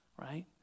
right